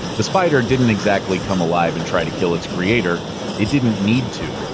the spider didn't exactly come alive and try to kill its creator it didn't need to.